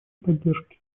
поддержки